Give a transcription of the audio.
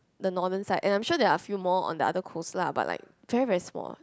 the northern side and I'm sure there a few more on the other coast lah but like very very small